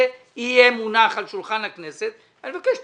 זה יהיה מונח על שולחן הכנסת ואני מבקש שתזדרזו.